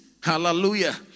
Hallelujah